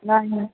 ନାଇଁ